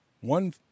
One